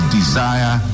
desire